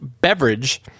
beverage